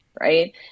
right